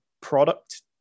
product